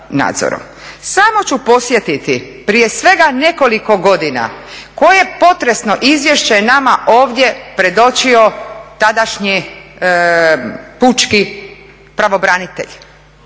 Samo ću podsjetiti, prije svega nekoliko godina koje potresno izvješće je nama ovdje predočio tadašnji pučki pravobranitelj.